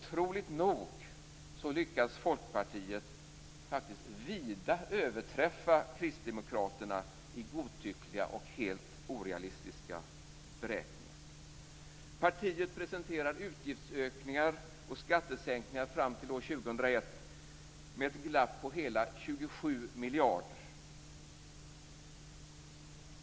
Otroligt nog lyckas Folkpartiet faktiskt vida överträffa Kristdemokraterna i godtyckliga och helt orealistiska beräkningar. Partiet presenterar utgiftsökningar och skattesänkningar fram till år 2001 med ett glapp på hela 27 miljarder.